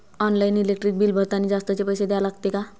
Online electric bill भरतानी जास्तचे पैसे द्या लागते का?